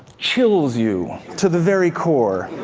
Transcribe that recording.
chills you to the very core.